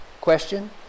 question